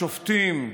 השופטים,